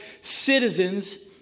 citizens